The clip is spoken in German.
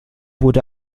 wurde